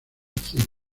cine